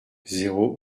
zéro